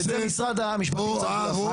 ואת זה משרד המשפטים צריך לעשות.